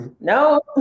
No